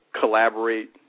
collaborate